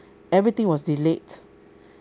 everything was delayed